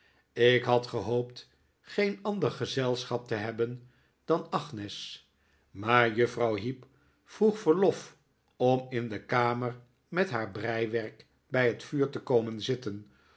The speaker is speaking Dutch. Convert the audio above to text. ik had gehoopt geen ander gezelschap te hebben dan agnes maar juffrouw heep vroeg verlof om in die kamer met haar breiwerk bij het vuur te komen zitten